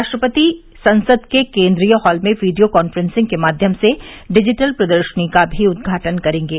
राष्ट्रपति संसद के केन्द्रीय हॉल में वीडियो कॉन्फ्रेन्सिंग के माध्यम से डिजीटल प्रदर्शनी का भी उद्घाटन करेंगे